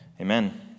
amen